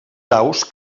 daus